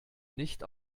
nicht